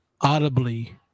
audibly